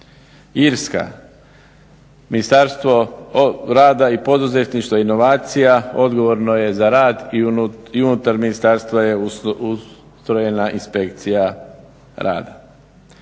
Irska, Ministarstvo rada, poduzetništva i inovacija odgovorno je za rad i unutar ministarstva je ustrojena inspekcija rada.